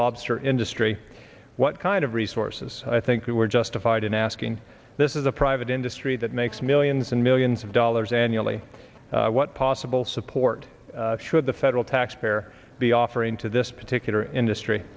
lobster industry what kind of resources i think we were justified in asking this is a private industry that makes millions and millions of dollars annually what possible support should the federal taxpayer be offering to this particular industry